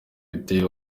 biteye